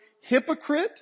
hypocrite